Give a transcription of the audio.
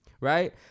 right